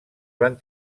van